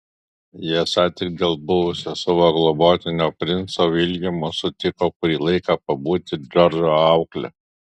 ji esą tik dėl buvusio savo globotinio princo viljamo sutiko kurį laiką pabūti džordžo aukle